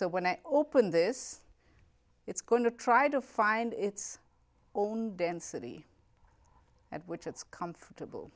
so when i open this it's going to try to find its own density at which it's comfortable